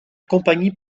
compagnie